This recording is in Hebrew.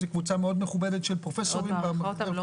זו קבוצה מאוד מכובדת של פרופסורים ואני